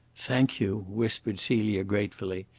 thank you, whispered celia gratefully,